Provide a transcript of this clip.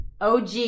OG